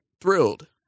thrilled